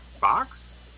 box